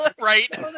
Right